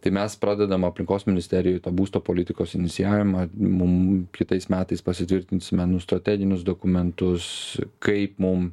tai mes pradedam aplinkos ministerijoj būsto politikos inicijavimą mum kitais metais pasitvirtinsime nu strateginius dokumentus kaip mum